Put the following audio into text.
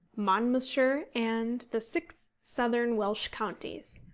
monmouthshire, and the six southern welsh counties.